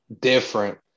Different